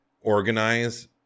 organize